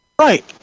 Right